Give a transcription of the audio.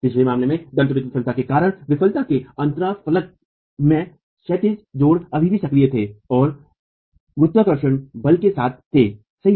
पिछले मामले में दन्तुरित विफलता के कारण विफलता के अंतराफलक में क्षैतिज जोड़ों अभी भी सक्रिय थे और गुरुत्वाकर्षण बल के साथ थे सही